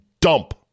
dump